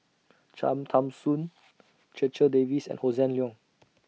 Cham Tao Soon Checha Davies and Hossan Leong